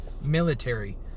military